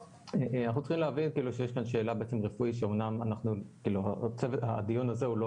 אנחנו צריכים להבין שיש כאן שאלה רפואית שאמנם הדיון הזה הוא לא